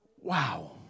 Wow